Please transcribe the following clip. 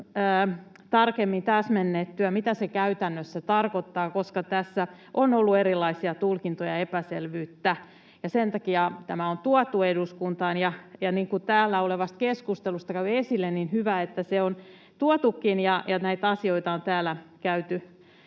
tarkemmin täsmennettyä, mitä se käytännössä tarkoittaa, koska tässä on ollut erilaisia tulkintoja ja epäselvyyttä, ja sen takia tämä on tuotu eduskuntaan. Ja niin kuin täällä olevasta keskustelusta kävi esille, on hyvä, että se on tuotukin ja tästä käydään